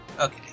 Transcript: Okay